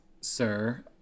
sir